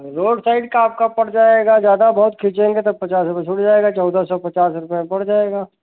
road side का आपका पड़ जाएगा ज़्यादा बहुत खीचेंगे तो दस पचास रुपये छूट जाएगा चौदह सौ पचास रुपये में पड़ जाएगा